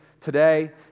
today